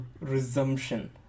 Resumption